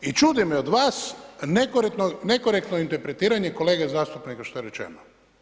I čudi me od vas nekorektno interpretiranje kolege zastupnika što je rečeno.